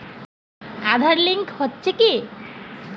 Aadhaar link হচ্ছে কি?